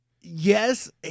yes